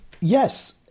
Yes